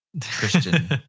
Christian